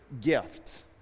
gift